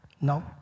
No